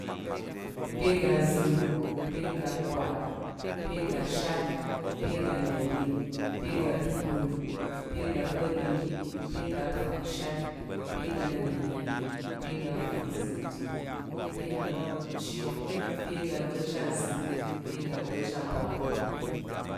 Ape aga azəng, ape aga apar, ape aga ashat, ape aga neɗing, ape aga atukun, ape aga kpa̱ɗing, ape aga fangshat, ape aga ana̱nne, ape aga fangzəngtəng, ape aga gba̱pchi, ape aga agba̱pchi azəng, ape aga agba̱pchi aparəm.